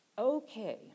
Okay